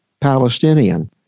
Palestinian